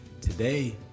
Today